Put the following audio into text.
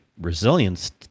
resilience